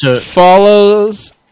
follows